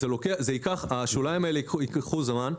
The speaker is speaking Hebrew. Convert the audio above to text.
השוליים האלה ייקחו זמן.